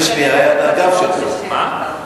הפניתי גב, זה הפנים שלי, אדוני.